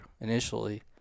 initially